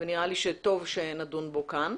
ונראה לי שטוב שנדון בו כאן.